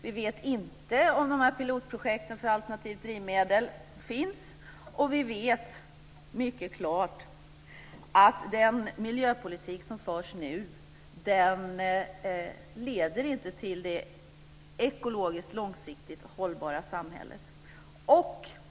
Vi vet inte om pilotprojekten för alternativa drivmedel finns. Vi vet dock mycket väl att den miljöpolitik som förs nu inte leder till det långsiktigt ekologiskt hållbara samhället.